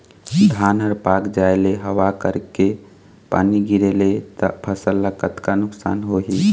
धान हर पाक जाय ले हवा करके पानी गिरे ले त फसल ला कतका नुकसान होही?